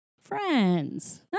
friends